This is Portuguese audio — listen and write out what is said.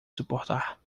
suportar